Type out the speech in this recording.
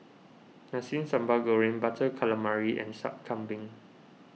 Nasi Sambal Goreng Butter Calamari and Sup Kambing